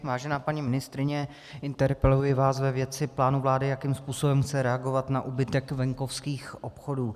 Vážená paní ministryně, interpeluji vás ve věci plánu vlády, jakým způsobem chce reagovat na úbytek venkovských obchodů.